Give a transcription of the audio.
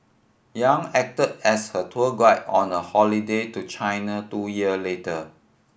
Yang acted as her tour guide on a holiday to China two year later